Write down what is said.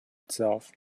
itself